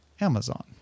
Amazon